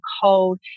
cold